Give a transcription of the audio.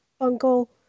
Uncle